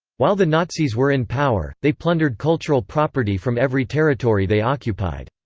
while the nazis were in power, they plundered cultural property from every territory they occupied.